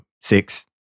six